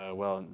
ah well,